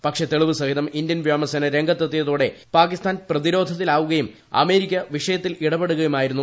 പക്ഷേ തെളിവുസഹിതം ഇന്ത്യൻ വ്യോമസേന രംഗത്തെത്തിയതോടെ പാകിസ്താൻ പ്രതിരോധത്തിലാവുകയും അമേരിക്ക വിഷയത്തിൽ ഇടപെടുകയുമായിരുന്നു